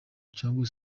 cyangwa